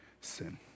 sin